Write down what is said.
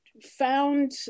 found